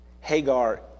Hagar